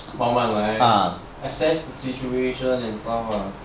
慢慢来 assess the situation and stuff lah